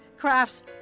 Craft's